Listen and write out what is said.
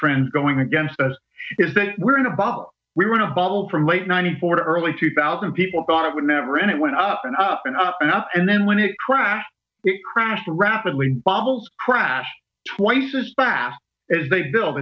trends going against us is that we're in a bubble we were in a bubble from late ninety four to early two thousand people thought it would never end it went up and up and up and up and then when it crashed it crashed rapidly bubbles crash twice as fast as they build